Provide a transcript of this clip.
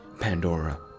Pandora